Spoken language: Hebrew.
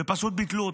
ופשוט ביטלו אותם.